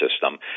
system